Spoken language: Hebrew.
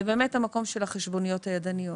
זה באמת המקום של החשבוניות הידניות.